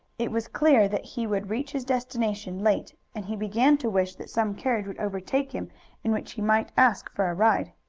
it was clear that he would reach his destination late, and he began to wish that some carriage would overtake him in which he might ask for a ride.